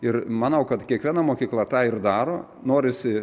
ir manau kad kiekviena mokykla tą ir daro norisi